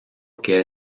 que